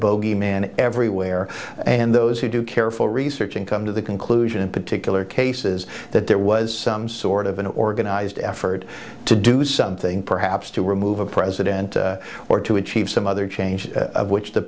bogeyman everywhere and those who do careful research and come to the conclusion in particular cases that there was some sort of an organized effort to do something perhaps to remove a president or to achieve some other change which the